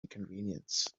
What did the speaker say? inconvenience